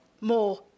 more